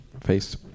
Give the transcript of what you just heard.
face